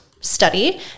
study